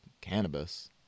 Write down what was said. cannabis